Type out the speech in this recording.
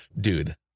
Dude